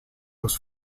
was